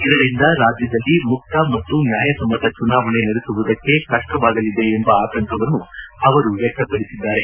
ಇದರಿಂದ ರಾಜ್ಯದಲ್ಲಿ ಮುಕ್ತ ಮತ್ತು ನ್ಯಾಯಸಮ್ಮತ ಚುನಾವಣೆ ನಡೆಸುವುದಕ್ಕೆ ಕಪ್ಪವಾಗಲಿದೆ ಎಂಬ ಆತಂಕವನ್ನು ಅವರು ವ್ಯಕ್ತ ಪಡಿಸಿದ್ದಾರೆ